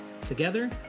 Together